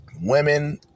women